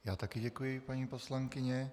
Já také děkuji, paní poslankyně.